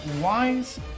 wise